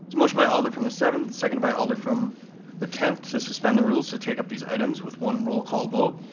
motion by alder from the seventh, second by alder from the tenth, to suspend the rules to take up these items with one roll call vote.